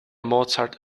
mozart